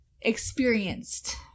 experienced